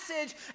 message